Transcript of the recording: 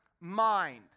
mind